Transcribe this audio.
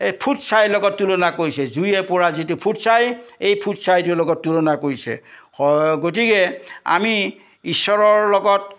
এই ফুটছাইৰ লগত তুলনা কৰিছে জুয়ে পোৰা যিটো ফুট চাই এই ফুটছাইটোৰ লগত তুলনা কৰিছে গতিকে আমি ঈশ্বৰৰ লগত